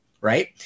right